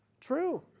true